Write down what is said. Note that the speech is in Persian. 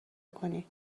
کنی